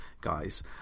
guys